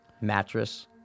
Mattress